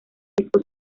disco